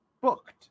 booked